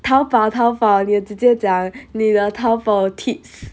taobao taobao 你姐姐讲你的 taobao tips